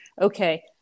okay